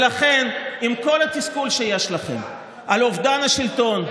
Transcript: לכן, עם כל התסכול שיש לכם על אובדן השלטון,